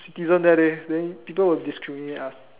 citizen there leh then people will discriminate us